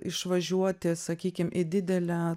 išvažiuoti sakykim į didelę